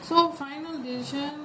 so final divison